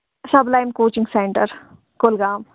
sub line coaching centre Kulgam